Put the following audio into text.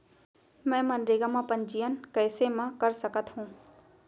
मैं मनरेगा म पंजीयन कैसे म कर सकत हो?